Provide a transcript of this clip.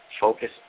focus